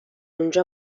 اونجا